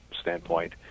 standpoint